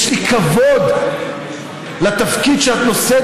יש לי כבוד לתפקיד שאת נושאת,